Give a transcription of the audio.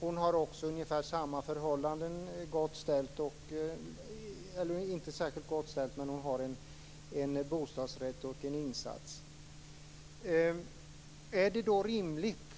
Hon har ungefär samma förhållanden som änkan, inte särskilt gott ställt men en bostadsrätt som hon har betalat en insats för. Är det då rimligt